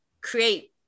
create